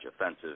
offensive